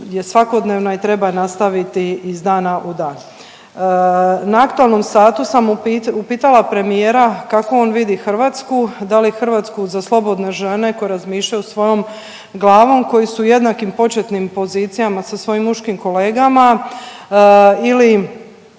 svakodnevna i treba je nastaviti iz dana u dan. Na aktualnom satu sam upitala premijera kako on vidi Hrvatsku, da li Hrvatsku za slobodne žene koje razmišljaju svojom glavom koje su u jednakim početnim pozicijama sa svojim muškim kolegama ili